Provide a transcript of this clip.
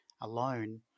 alone